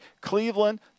Cleveland